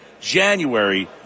January